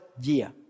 year